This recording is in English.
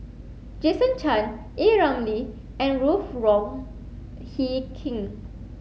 jason Chan A Ramli and Ruth Wong Hie King